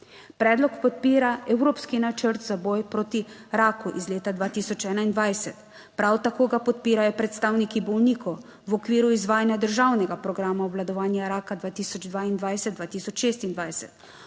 Predlog podpira Evropski načrt za boj proti raku iz leta 2021. Prav tako ga podpirajo predstavniki bolnikov v okviru izvajanja državnega programa obvladovanja raka 2022-2026.